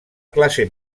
classe